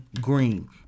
Green